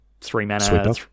three-mana